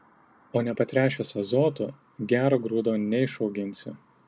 o nepatręšęs azotu gero grūdo neišauginsi